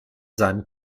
seinem